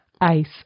Ice